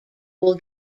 will